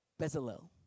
Bezalel